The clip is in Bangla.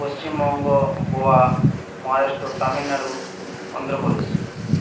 পশ্চিমবঙ্গ গোয়া মহারাষ্ট্র তামিলনাড়ু অন্ধ্রপ্রদেশ